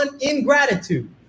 ingratitude